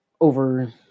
over